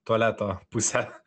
tualeto pusę